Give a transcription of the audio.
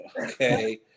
Okay